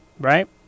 Right